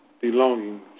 belonging